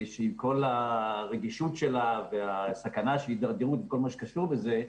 שעם כל הרגישות שלה והסכנה של התדרדרות וכל מה שקשור בזה,